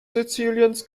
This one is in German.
siziliens